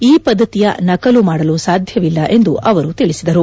ಈ ಪದ್ಧತಿಯ ನಕಲು ಮಾಡಲು ಸಾಧ್ಯವಿಲ್ಲ ಎಂದು ಅವರು ತಿಳಿಸಿದರು